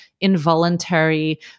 involuntary